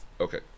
okay